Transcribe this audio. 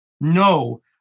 No